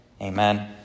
Amen